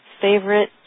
favorite